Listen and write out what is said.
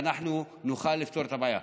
ואנחנו נוכל לפתור את הבעיה.